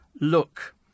look